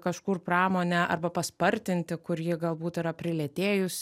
kažkur pramonę arba paspartinti kur ji galbūt yra prilėtėjus